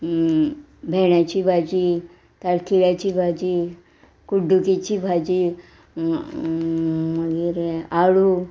भेंड्याची भाजी ताळकळ्याची भाजी कुड्डुकेची भाजी मागीर आळू